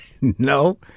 No